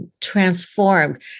transformed